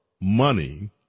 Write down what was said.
money